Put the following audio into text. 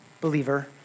believer